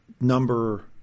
number